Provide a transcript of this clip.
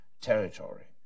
territory